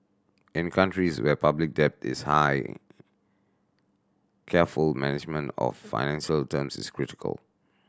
in countries where public debt is high careful management of financing terms is critical